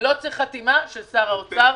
לא צריך חתימה של שר אוצר.